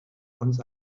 uns